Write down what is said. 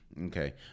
okay